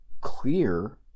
clear